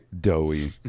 doughy